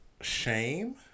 shame